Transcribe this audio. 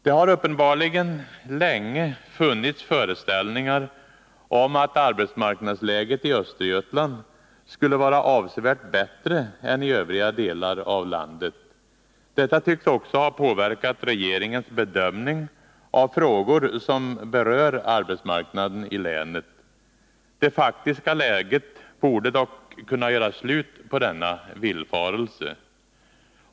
Det har uppenbarligen länge funnits föreställningar om att arbetsmarknadsläget i Östergötland skulle vara avsevärt bättre än i övriga delar av landet. Detta tycks också ha påverkat regeringens bedömning av frågor som berör arbetsmarknaden i länet. Det faktiska läget borde dock kunna göra slut på denna villfarelse.